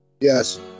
Yes